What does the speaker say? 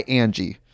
angie